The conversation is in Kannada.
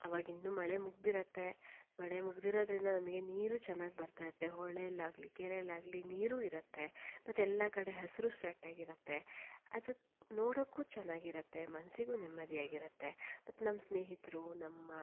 ಆವಾಗಿನ್ನೂ ಮಳೆ ಮುಗಿದಿರುತ್ತೆ ಮಳೆ ಮುಗಿದಿರೊದ್ರಿಂದ ನಮಗೆ ನೀರು ಚೆನ್ನಾಗಿ ಬರ್ತಿರುತ್ತೆ ಹೊಳೆಯಲ್ಲಾಗ್ಲಿ ಕೆರೆಯಲ್ಲಾಗಲಿ ನೀರು ಇರುತ್ತೆ ಮತ್ತು ಎಲ್ಲ ಕಡೆ ಹಸಿರು ಸ್ಟಾರ್ಟ್ ಆಗಿರುತ್ತೆ ಅದು ನೋಡೋಕ್ಕು ಚೆನ್ನಾಗಿರುತ್ತೆ ಮನಸ್ಸಿಗೂ ನೆಮ್ಮದಿಯಾಗಿರುತ್ತೆ ಮತ್ತು ನಮ್ಮ ಸ್ನೇಹಿತರು ನಮ್ಮ